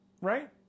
right